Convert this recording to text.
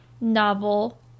novel